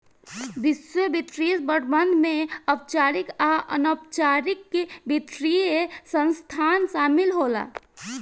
वैश्विक वित्तीय प्रबंधन में औपचारिक आ अनौपचारिक वित्तीय संस्थान शामिल होला